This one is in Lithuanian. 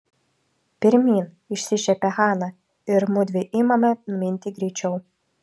pirmyn išsišiepia hana ir mudvi imame minti greičiau